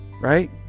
right